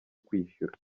kwishyura